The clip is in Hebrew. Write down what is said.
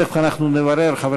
תכף אנחנו נברר, חבר